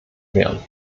klären